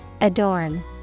Adorn